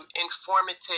informative